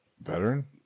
Veteran